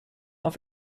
auf